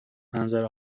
منظره